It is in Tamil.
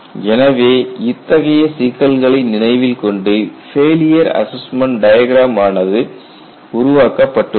எனவே இத்தகைய சிக்கல்களை நினைவில் கொண்டு ஃபெயிலியர் அசஸ்மெண்ட் டயக்ராம் ஆனது உருவாக்கப்பட்டுள்ளது